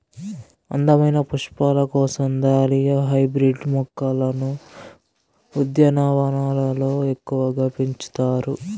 అందమైన పుష్పాల కోసం దాలియా హైబ్రిడ్ మొక్కలను ఉద్యానవనాలలో ఎక్కువగా పెంచుతారు